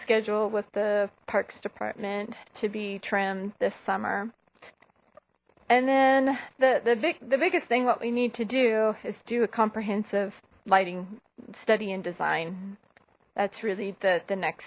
schedule with the parks department to be trimmed this summer and then the the big the biggest thing what we need to do is do a comprehensive lighting study in design that's really the the next